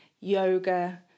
yoga